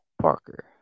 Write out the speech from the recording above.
parker